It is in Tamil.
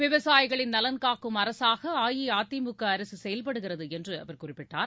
விவசாயிகளின் நலன் காக்கும் அரசாக அஇஅதிமுக அரசு செயல்படுகிறது என்று அவர் குறிப்பிட்டார்